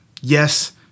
Yes